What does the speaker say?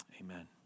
amen